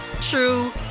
true